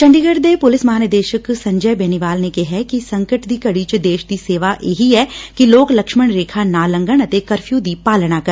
ਚੰਡੀਗੜ੍ਰ ਦੇ ਪੁਲਿਸ ਮਹਾ ਨਿਦੇਸ਼ਕ ਸੰਜੇ ਬੇਨੀਵਾਲ ਨੇ ਕਿਹੈ ਕਿ ਸੰਕਟ ਦੀ ਘੜੀ 'ਚ ਦੇਸ਼ ਦੀ ਸੇਵਾ ਇਹੀ ਐ ਕਿ ਲੋਕ ਲਕਸ਼ਮਣ ਰੇਖਾ ਨਾ ਲੰਘਣ ਅਤੇ ਕਰਫਿਊ ਦੀ ਪਾਲਣਾ ਕਰਨ